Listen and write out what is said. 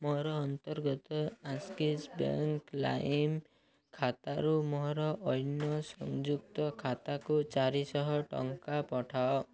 ମୋର ଅନ୍ତର୍ଗତ Axis bank ଲାଇମ୍ ଖାତାରୁ ମୋର ଅନ୍ୟ ସଂଯୁକ୍ତ ଖାତାକୁ ଚାରିଶହ ଟଙ୍କା ପଠାଅ